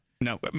No